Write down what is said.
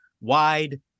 wide